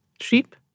Sheep